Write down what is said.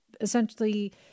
essentially